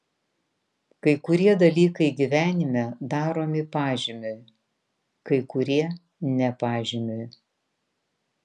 kai kurie dalykai gyvenime daromi pažymiui kai kurie ne pažymiui